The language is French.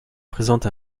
présente